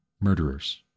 murderers